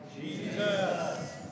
Jesus